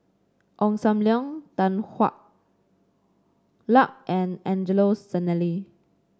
Ong Sam Leong Tan Hwa Luck and Angelo Sanelli